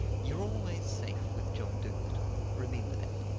you're always safe with john dolittle. remember that.